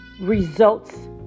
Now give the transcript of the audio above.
results